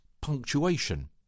punctuation